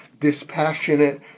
dispassionate